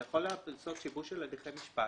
זה יכול לגרום לשיבוש הליכי משפט.